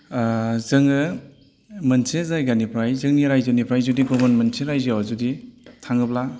जोङो मोनसे जायगानिफ्राय जोंनि राइजोनिफ्राय जुदि गुबुन मोनसे राइजोआव जुदि थाङोब्ला